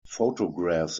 photographs